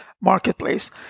marketplace